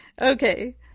Okay